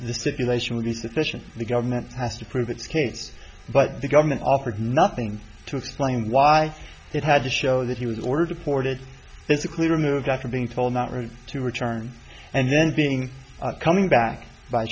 the stipulation would be sufficient the government has to prove its case but the government offered nothing to explain why it had to show that he was ordered deported it's a clear move after being told not to return and then being coming back by